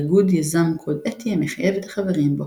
האיגוד יזם קוד אתי המחייב את החברים בו.